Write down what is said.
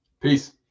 Peace